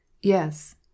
Yes